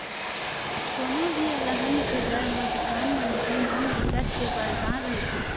कोनो भी अलहन के डर म किसान मनखे मन बिकट के परसान रहिथे